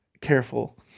careful